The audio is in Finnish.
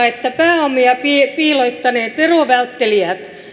että pääomia piilottaneet veronvälttelijät